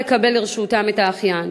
ולא קיבלו לרשותם את האחיין.